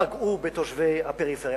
פגעו בתושבי הפריפריה.